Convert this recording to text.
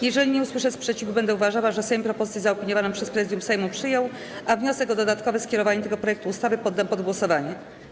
Jeżeli nie usłyszę sprzeciwu, będę uważała, że Sejm propozycję zaopiniowaną przez Prezydium Sejmu przyjął, a wniosek o dodatkowe skierowanie tego projektu ustawy poddam pod głosowanie.